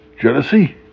Jealousy